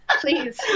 Please